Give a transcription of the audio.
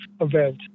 event